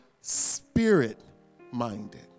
spirit-minded